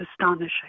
astonishing